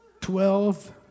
Twelve